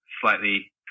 slightly